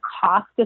cost